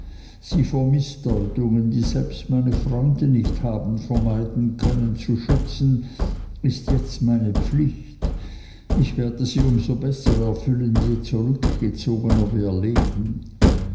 sie vor mißdeutungen die selbst meine freunde nicht haben vermeiden können zu schützen ist jetzt meine pflicht ich werde sie um so besser erfüllen je zurückgezogener wir leben